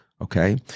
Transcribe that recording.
Okay